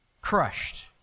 crushed